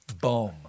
Boom